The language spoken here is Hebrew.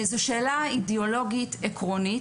זו שאלה אידיאולוגית עקרונית,